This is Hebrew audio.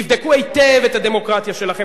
תבדקו היטב את הדמוקרטיה שלכם.